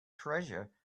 treasure